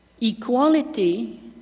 equality